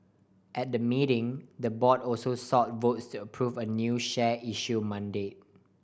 at the meeting the board also sought votes to approve a new share issue mandate